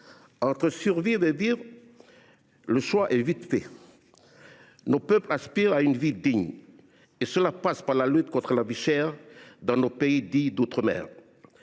Entre survivre et vivre, le choix est vite fait. Nos peuples aspirent à une vie digne, ce qui implique la lutte contre la vie chère dans nos pays dits d’outre mer.